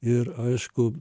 ir aišku